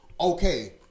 okay